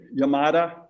Yamada